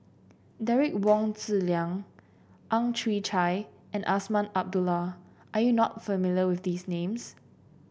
Derek Wong Zi Liang Ang Chwee Chai and Azman Abdullah are you not familiar with these names